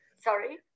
Sorry